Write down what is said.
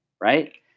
Right